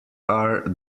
are